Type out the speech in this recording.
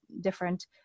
different